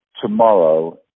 tomorrow